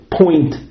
point